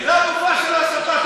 זה היה מופע של הסתה.